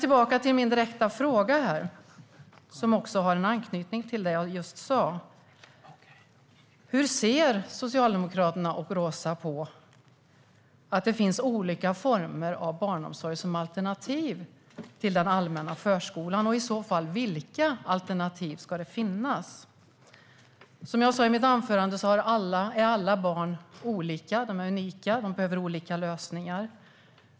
Tillbaka till min direkta fråga, som också har en anknytning till det jag just sa: Hur ser Socialdemokraterna och Roza på att det finns olika former av barnomsorg som alternativ till den allmänna förskolan? Vilka alternativ ska i så fall finnas? Som jag sa i mitt anförande är alla barn olika. De är unika och behöver olika lösningar.